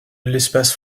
l’espace